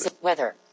Weather